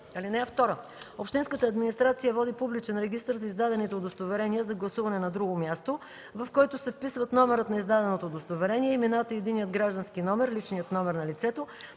(2) Общинската администрация води публичен регистър за издадените удостоверения за гласуване на друго място, в който се вписват номерът на издаденото удостоверение, имената и единният граждански номер (личният номер) на лицето,